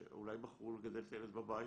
שאולי בחרו לגדל את הילד בבית,